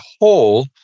whole